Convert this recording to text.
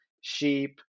sheep